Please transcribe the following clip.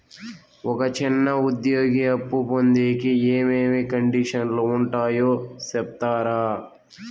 ఒక చిన్న ఉద్యోగి అప్పు పొందేకి ఏమేమి కండిషన్లు ఉంటాయో సెప్తారా?